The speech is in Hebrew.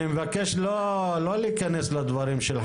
אני מבקש לא להיכנס לדברים של חברי הכנסת.